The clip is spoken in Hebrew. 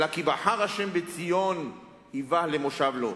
אלא כי בחר ה' בציון, איווה למושב לו.